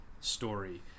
story